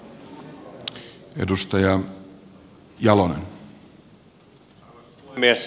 arvoisa puhemies